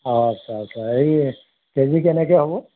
অঁ আচ্ছা আচ্ছা এই কেজি কেনেকৈ হ'ব